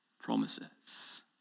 promises